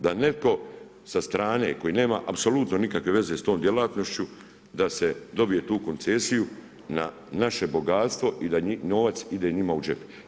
Da netko sa strane koji nema apsolutno nikakve veze sa tom djelatnošću da se dobije tu koncesiju, na naše bogatstvo i da novac ide njima u džep.